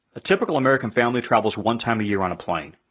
ah typical american family travels one time a year on a plane.